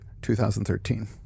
2013